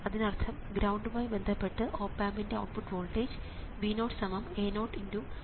അതിനർത്ഥം ഗ്രൌണ്ടുമായി ബന്ധപ്പെട്ട് ഓപ് ആമ്പിൻറെ ഔട്ട്പുട്ട് വോൾട്ടേജ് V0 A0×വോൾട്ടേജ് വ്യത്യാസം Vd എന്നാണ്